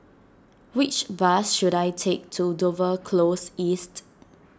which bus should I take to Dover Close East